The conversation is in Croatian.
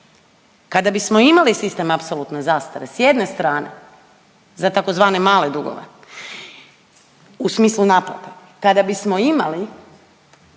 Kada bismo imali sistem apsolutne zastare s jedne strane za tzv. male dugove, u smislu naplate, kada bismo imali,